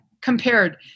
compared